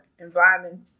environment